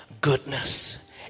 goodness